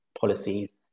policies